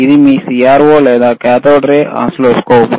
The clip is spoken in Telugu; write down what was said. ఇది మీ CRO లేదా కాథోడ్ రే ఓసిల్లోస్కోప్